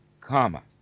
comma